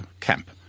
camp